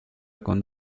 con